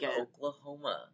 Oklahoma